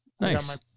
nice